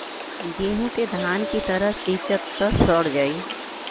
गेंहू के धान की तरह सींचब त सड़ जाई